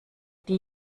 die